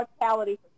mortality